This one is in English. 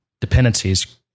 dependencies